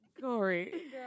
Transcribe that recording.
Corey